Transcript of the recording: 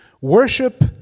Worship